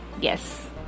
Yes